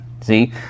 See